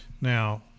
Now